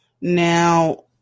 Now